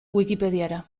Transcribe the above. wikipediara